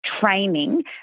training